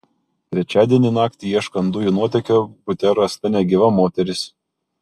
trečiadienį naktį ieškant dujų nuotėkio bute rasta negyva moteris